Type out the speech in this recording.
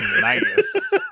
Nice